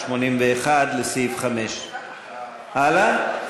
את הסתייגות 81, לסעיף 5. הלאה.